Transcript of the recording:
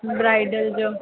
bridal जो